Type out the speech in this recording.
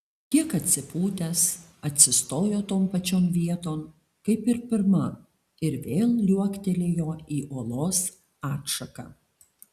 kiek atsipūtęs atsistojo ton pačion vieton kaip ir pirma ir vėl liuoktelėjo į olos atšaką